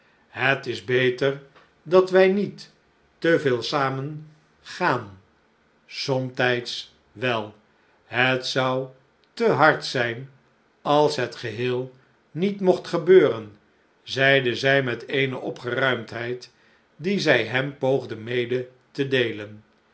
het is beter dat wij niet te veel samen gaan somtijds wel het zou te hard zijn als het geheel niet mocht gebeuren zeide zij met eene opgeruimdheid die zij hem poogde mede te deelen